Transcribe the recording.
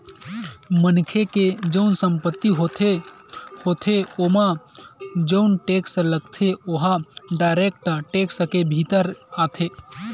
मनखे के जउन संपत्ति होथे होथे ओमा जउन टेक्स लगथे ओहा डायरेक्ट टेक्स के भीतर आथे